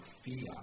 fear